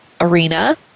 arena